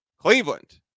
Cleveland